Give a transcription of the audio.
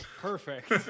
Perfect